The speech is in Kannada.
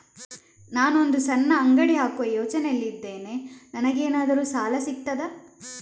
ನಾನು ಒಂದು ಸಣ್ಣ ಅಂಗಡಿ ಹಾಕುವ ಯೋಚನೆಯಲ್ಲಿ ಇದ್ದೇನೆ, ನನಗೇನಾದರೂ ಸಾಲ ಸಿಗ್ತದಾ?